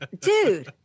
Dude